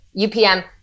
UPM